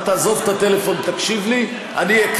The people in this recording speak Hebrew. אתה תעזוב את הטלפון ותקשיב לי,